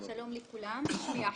שלום לכולם,